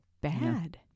bad